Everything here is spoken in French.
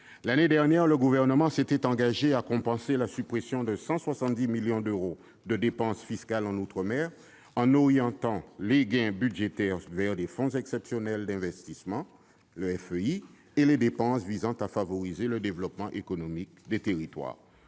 L'année dernière, le Gouvernement s'était engagé à compenser la suppression de 170 millions d'euros de dépenses fiscales en outre-mer en orientant les gains budgétaires vers le fonds exceptionnel d'investissement (FEI) et les dépenses visant à favoriser le développement économique des territoires.